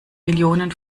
millionen